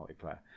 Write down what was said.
multiplayer